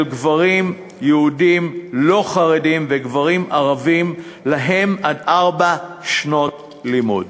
גברים יהודים לא-חרדים וגברים ערבים שלהם עד ארבע שנות לימוד.